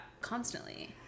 constantly